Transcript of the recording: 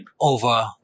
over